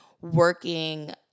working